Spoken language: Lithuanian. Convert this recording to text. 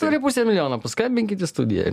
turi pusę milijono paskambinkit į studiją